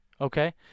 Okay